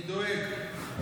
אני דואג.